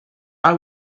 are